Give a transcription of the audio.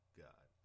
god